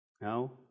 no